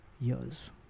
years